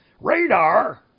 Radar